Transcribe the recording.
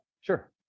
sure